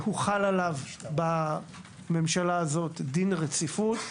הוחל עליו בממשלה הזאת דין רציפות,